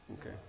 Okay